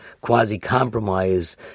quasi-compromise